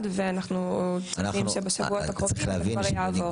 ואנחנו צופים שבשבועות הקרובים זה כבר יעבור.